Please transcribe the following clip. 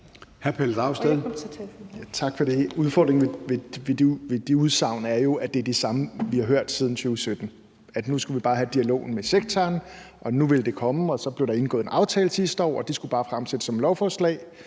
Pelle Dragsted (EL): Tak for det. Udfordringen ved det udsagn er jo, at det er det samme, vi har hørt siden 2017, altså at nu skulle vi bare have dialogen med sektoren, at nu ville det komme, og så blev der indgået en aftale sidste år, og det skulle bare fremsættes som et lovforslag,